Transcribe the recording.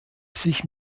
sich